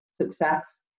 Success